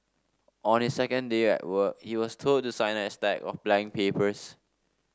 on his second day at work he was told to sign a stack of blank papers